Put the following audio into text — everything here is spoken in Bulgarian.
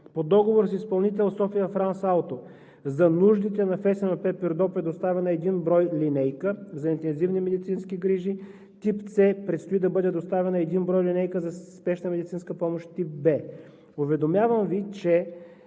По договор с изпълнител „София франс ауто“ АД за нуждите на ФСМП – Пирдоп, е доставена един брой линейка за интензивни медицински грижи тип С и предстои да бъде доставена един брой линейка за Спешна медицинска помощ тип В.